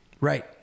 right